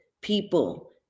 people